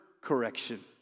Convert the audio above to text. correction